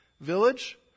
Village